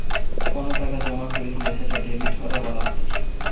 কোনো টাকা জমা কইরলে সেটা ডেবিট করা বলা হতিছে